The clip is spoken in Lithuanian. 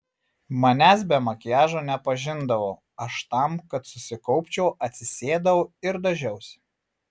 manęs be makiažo nepažindavo aš tam kad susikaupčiau atsisėdau ir dažiausi